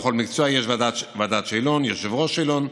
לכל מקצוע יש ועדת שאלון, יושב-ראש שאלון,